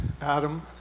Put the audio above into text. Adam